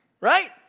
Right